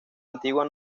antigua